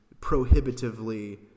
prohibitively